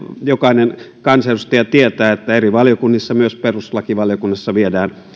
jokainen kansanedustaja tietää että eri valiokunnissa myös perustuslakivaliokunnassa viedään